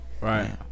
Right